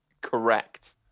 correct